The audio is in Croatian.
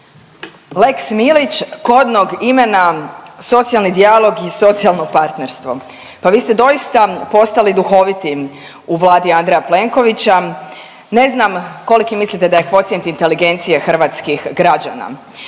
Lex Milić kodnog imena socijalni dijalog i socijalno partnerstvo. Pa vi ste doista postali duhoviti u Vladi Andreja Plenkovića. Ne znam koliki mislite da je kvocijent inteligencije hrvatskih građana.